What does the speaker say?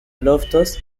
loftus